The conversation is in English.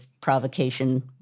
provocation